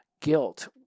guilt